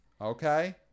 Okay